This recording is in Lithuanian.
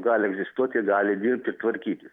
gali egzistuot jie gali dirbti tvarkyti